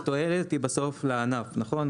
התועלת היא בסוף לענף, נכון?